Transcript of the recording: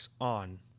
On